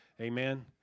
Amen